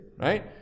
right